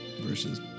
versus